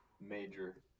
major